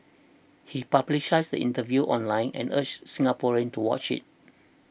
he publicised the interview online and urged Singaporeans to watch it